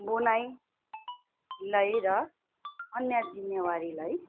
बुनाईलाई र अन्य जिम्मेवारीलाई